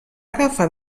agafar